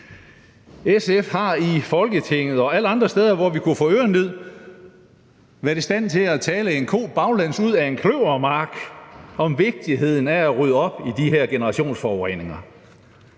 SF har i Folketinget og alle andre steder, hvor vi har kunnet få ørenlyd, været i stand til at tale en ko baglæns ud af en kløvermark om vigtigheden af at rydde op i de her generationsforureninger.